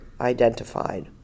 identified